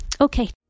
okay